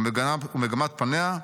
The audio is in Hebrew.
ומגמת פניה,